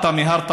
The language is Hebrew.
אתה מיהרת,